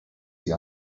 sie